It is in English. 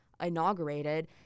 inaugurated